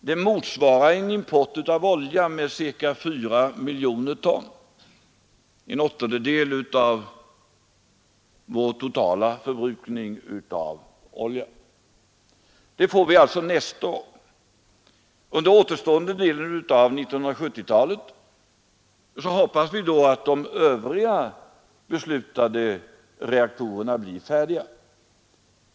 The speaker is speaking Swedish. Det motsvarar en import av olja med ca 4 miljoner ton, en åttondedel av vår totala förbrukning av olja. Det får vi alltså nästa år. Under återstående delen av 1970-talet hoppas vi att de övriga beslutade reaktorerna blir färdiga.